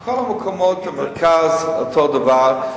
כל המקומות במרכז אותו דבר.